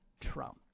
Trump